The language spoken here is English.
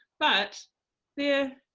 but yeah,